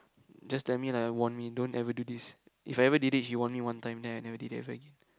just tell me lah warn me don't ever do this if I ever did it he warn me one time then I never did it ever again